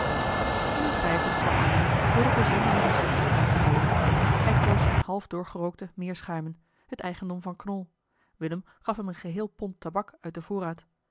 vier pijpen voor ééne werden den zonderlingen zwarte aangeboden hij koos eene half doorgerookte meerschuimen t eigendom van knol willem gaf hem een geheel pond tabak uit den voorraad